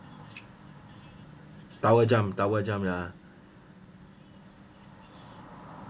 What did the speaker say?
tower jump tower jump uh